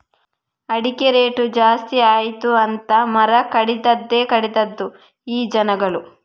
ಅಡಿಕೆ ರೇಟು ಜಾಸ್ತಿ ಆಯಿತು ಅಂತ ಮರ ಕಡಿದದ್ದೇ ಕಡಿದದ್ದು ಈ ಜನಗಳು